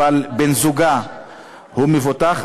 אבל בן-זוגה מבוטח,